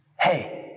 Hey